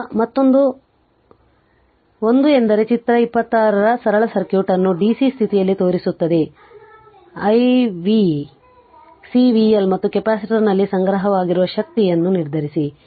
ಈಗ ಮತ್ತೊಂದು 1 ಎಂದರೆ ಚಿತ್ರ 26 ಸರಳ ಸರ್ಕ್ಯೂಟ್ ಅನ್ನು dc ಸ್ಥಿತಿಯಲ್ಲಿ ತೋರಿಸುತ್ತದೆ i v C v L ಮತ್ತು ಕೆಪಾಸಿಟರ್ನಲ್ಲಿ ಸಂಗ್ರಹವಾಗಿರುವ ಶಕ್ತಿಯನ್ನು ನಿರ್ಧರಿಸಿ